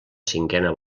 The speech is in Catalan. cinquena